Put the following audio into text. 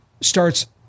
starts